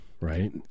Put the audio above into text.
Right